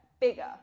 bigger